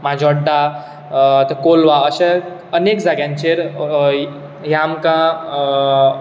माजोर्डा कोलवा अशे अनेक जाग्यांचेर हे आमकां